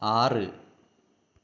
ആറ്